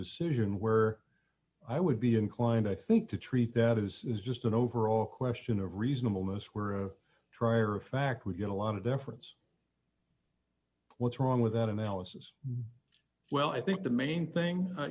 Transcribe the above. decision where i would be inclined i think to treat that as just an overall question of reasonableness were a tribe or a fact we get a lot of deference what's wrong with that analysis well i think the main thing